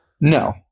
No